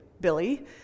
Billy